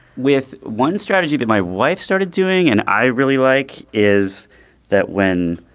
with one strategy that my wife started doing and i really like is that when